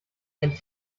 and